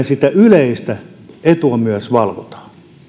sitä yleistä etua myös valvomme